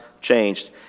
changed